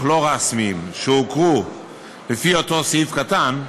לא רשמיים שהוכרו לפי אותו סעיף קטן,